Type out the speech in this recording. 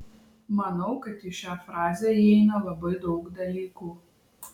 manau kad į šią frazę įeina labai daug dalykų